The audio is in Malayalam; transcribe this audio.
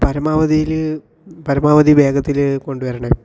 പരമാവധി പരമാവധി വേഗത്തില് കൊണ്ടുവരണേ